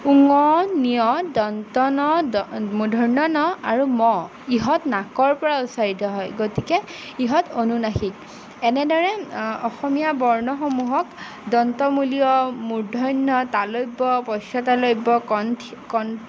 ঙ ঞ দন্ত ন মূধৰ্ণ ণ আৰু ম ইহঁত নাকৰ পৰা উচ্চাৰিত হয় গতিকে ইহঁত অণুনাসিক এনেদৰে অসমীয়া বৰ্ণসমূহক দন্তমূলীয় মূৰ্ধন্য তালব্য পচ্য তালব্য ক কণ্ঠ